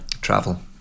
Travel